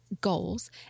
goals